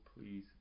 please